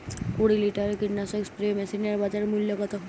কুরি লিটারের কীটনাশক স্প্রে মেশিনের বাজার মূল্য কতো?